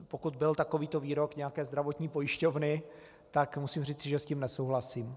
Pokud byl takovýto výrok nějaké zdravotní pojišťovny, tak musím říci, že s tím nesouhlasím.